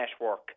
network